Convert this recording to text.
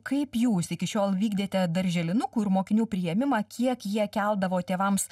kaip jūs iki šiol vykdėte darželinukų ir mokinių priėmimą tiek jie keldavo tėvams